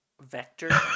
Vector